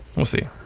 we'll see.